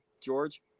George